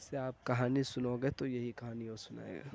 سے آپ کہانی سنو گے تو یہی کہانی وہ سنائے گا